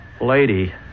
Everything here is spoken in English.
Lady